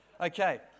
Okay